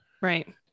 right